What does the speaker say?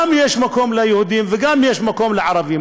גם יש מקום ליהודים וגם יש מקום לערבים.